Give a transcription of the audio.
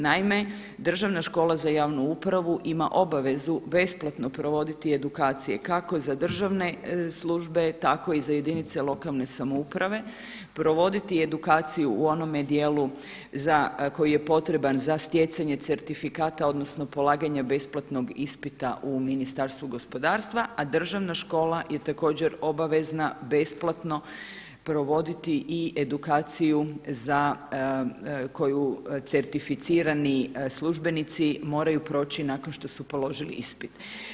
Naime, Državna škola za javnu upravu ima obavezu besplatno provoditi edukacije kako za državne službe tako i za jedinice lokalne samouprave, provoditi i edukaciju u onome djelu koji je potreban za stjecanje certifikata odnosno polaganja besplatnog ispita u Ministarstvu gospodarstva a državna škola je također obavezna besplatno provoditi i edukaciju za koju certificirani službenici moraju proći nakon što su položili ispit.